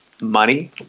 money